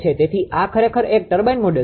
તેથી આ ખરેખર એક ટર્બાઇન મોડેલ છે